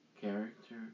Character